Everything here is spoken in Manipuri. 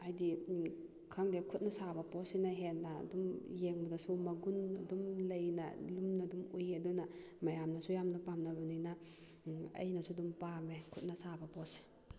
ꯍꯥꯏꯗꯤ ꯈꯪꯗꯦ ꯈꯨꯠꯅ ꯁꯥꯕ ꯄꯣꯠꯁꯤꯅ ꯍꯦꯟꯅ ꯑꯗꯨꯝ ꯌꯦꯡꯕꯗꯁꯨ ꯃꯒꯨꯟ ꯑꯗꯨꯝ ꯂꯩꯅ ꯂꯨꯝꯅ ꯑꯗꯨꯝ ꯎꯏ ꯑꯗꯨꯅ ꯃꯌꯥꯝꯅꯁꯨ ꯌꯥꯝꯅ ꯄꯥꯝꯅꯕꯅꯤꯅ ꯑꯩꯅꯁꯨ ꯑꯗꯨꯝ ꯄꯥꯝꯃꯦ ꯈꯨꯠꯅ ꯁꯥꯕ ꯄꯣꯠꯁꯦ